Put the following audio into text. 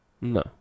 no